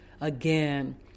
again